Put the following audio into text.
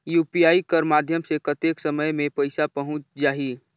UPI कर माध्यम से कतेक समय मे पइसा पहुंच जाहि?